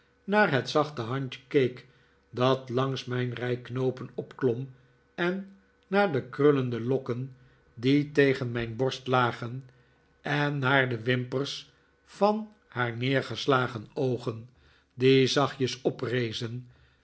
naar het zachte handje keek dat langs mijn rij knoopen opklom en naar de krullende lokken die david copperfield tegen mijn borst lagen en naar de wimpers van naar neergeslagen oogen die zachtjes oprezen